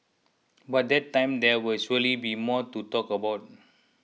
by that time there will surely be more to talk about